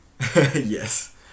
Yes